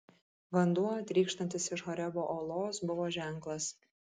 vanduo trykštantis iš horebo uolos buvo ženklas